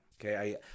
Okay